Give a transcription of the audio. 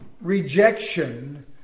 rejection